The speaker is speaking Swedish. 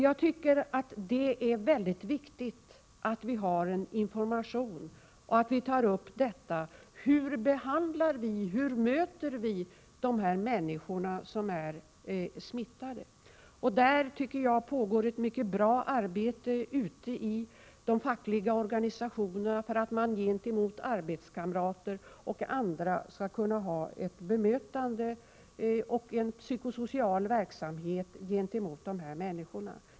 Jag tycker att det är väldigt viktigt att det ges information och att vi tar upp frågan om hur vi möter de människor som har smittats. Inom de fackliga organisationerna pågår ett, som jag tycker, mycket bra arbete med hur arbetskamrater och andra skall bemöta smittade och för att få till stånd en psykosocial verksamhet.